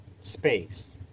space